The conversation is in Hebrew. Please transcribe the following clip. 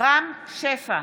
רם שפע,